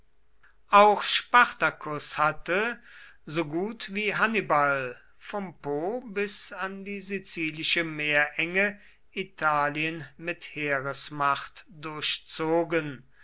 auch spartacus hatte so gut wie hannibal vom po bis an die sizilische meerenge italien mit heeresmacht durchzogen